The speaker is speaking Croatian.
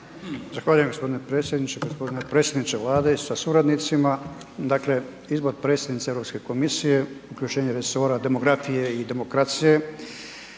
Zahvaljujem gospodine predsjedniče. Gospodine predsjedniče Vlade sa suradnicima. Dakle izbor predsjednice Europske komisije, uključenje resora demografije i demokracije